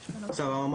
בסדר,